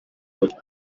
but